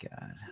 God